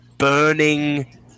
burning